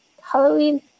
Halloween